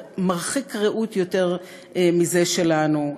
מרחיק ראות יותר מזה שלנו,